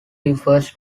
refers